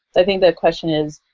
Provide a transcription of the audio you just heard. i think the question is,